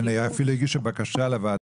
כן, היא אפילו הגישה בקשה לוועדה,